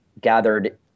gathered